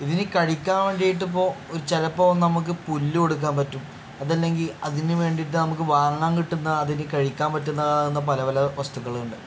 ഇതിന് കഴിക്കാൻ വേണ്ടിയിട്ട് ഇപ്പോൾ ഒരു ചിലപ്പോൾ നമുക്ക് പുല്ല് കൊടുക്കാൻ പറ്റും അത് അല്ലെങ്കിൽ അതിന് വേണ്ടിയിട്ട് നമുക്ക് വാങ്ങാൻ കിട്ടുന്ന അതിന് കഴിക്കാൻ പറ്റുന്നത് ആകുന്ന പല പല വസ്തുക്കൾ ഉണ്ട്